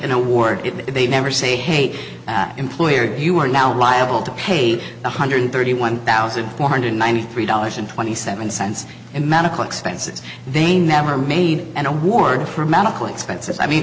an award if they never say hey employer you are now liable to pay one hundred thirty one thousand four hundred ninety three dollars and twenty seven cents in medical expenses they never made an award for medical expenses i mean